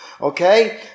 Okay